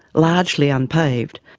largely unpaved,